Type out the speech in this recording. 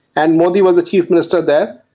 and modi was the chief minister then,